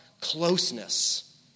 closeness